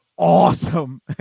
Awesome